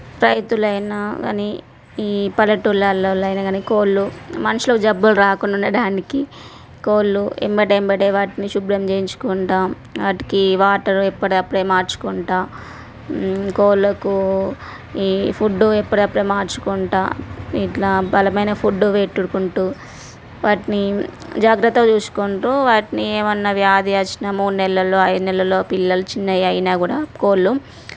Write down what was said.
రైతులైనా కానీ ఈ పల్లెటూరి వారైనా కానీ కోళ్ళు మనుషులకు జబ్బులు రాకుండ ఉండటానికి కోళ్ళు ఎమ్మటెమ్మటే వాటిని శుభ్రం చేయించుకుంటాము వాటికి వాటరు ఎప్పటిదప్పుడే మార్చుకుంటూ కోళ్ళకు ఈ ఫుడ్డు ఎప్పడిదపుడే మార్చుకుంటూ ఇట్లా బలమైన ఫుడ్డు పెట్టుకుంటూ వాటిని జాగ్రత్తగా చూసుకుంటూ వాటిని ఏమైనా వ్యాధి వచ్చిన మూడు నెలల్లో ఐదు నెలల్లో పిల్లలు చిన్నవైన కూడా కోళ్ళు